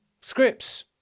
scripts